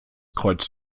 kreuz